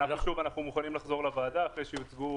שוב, אנחנו מוכנים לחזור לוועדה אחרי שיוצגו